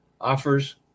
offers